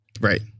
Right